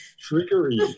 Trickery